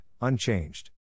unchanged